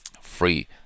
free